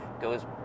goes